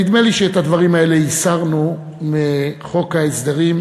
נדמה לי שאת הדברים האלה הסרנו מחוק ההסדרים,